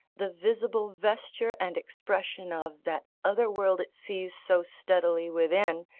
the visible vesture and expression of that other world it sees so steadily within,